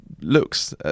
looks